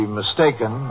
mistaken